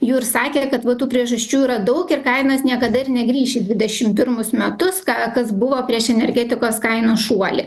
jų ir sakė kad va tų priežasčių yra daug ir kainos niekada ir negrįš į dvidešim pirmus metus ką kas buvo prieš energetikos kainų šuolį